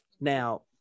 now